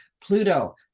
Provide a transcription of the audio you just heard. Pluto